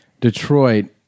Detroit